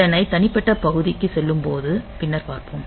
இதனை தனிப்பட்ட பகுதிக்குச் செல்லும்போது பின்னர் பார்ப்போம்